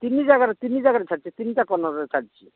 ତିନି ଜାଗାରେ ତିନି ଜାଗାରେ ଛାଡ଼ିଛି ତିନିଟା କର୍ଣ୍ଣରରେ ଛାଡ଼ିଛି